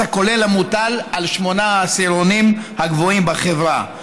הכולל המוטל על שמונה העשירונים הגבוהים בחברה,